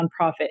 nonprofit